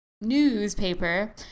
newspaper